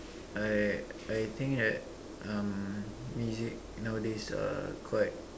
I I think like um music nowadays uh quite